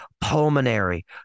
pulmonary